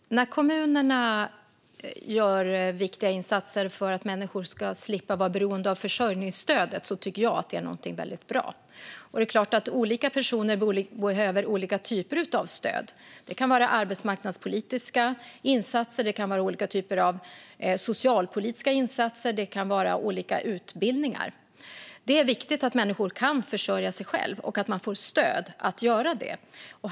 Fru talman! När kommunerna gör viktiga insatser för att människor ska slippa vara beroende av försörjningsstödet tycker jag att det är någonting väldigt bra. Det är klart att olika personer behöver olika typer av stöd. Det kan vara arbetsmarknadspolitiska insatser. Det kan vara olika typer av socialpolitiska insatser. Det kan vara olika utbildningar. Det är viktigt att människor kan försörja sig själva och att de får stöd att göra det.